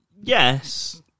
Yes